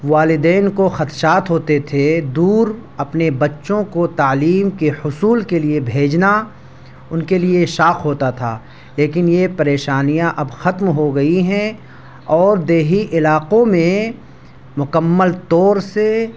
والدین کو خدشات ہوتے تھے دور اپنے بچوں کو تعلیم کے حصول کے لیے بھیجنا ان کے لیے شاق ہوتا تھا لیکن یہ پریشانیاں اب ختم ہوگئی ہیں اور دیہی علاقوں میں مکمل طور سے